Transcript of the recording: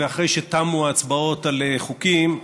ואחרי שתמו ההצבעות על חוקים,